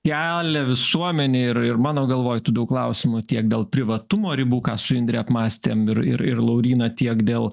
kelia visuomenė ir ir mano galvoj tų klausimų tiek dėl privatumo ribų ką su indre apmąstėm ir ir lauryna tiek dėl